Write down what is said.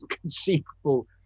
conceivable